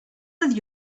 with